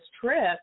trip